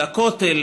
לכותל,